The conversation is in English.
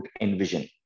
envision